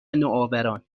نوآوران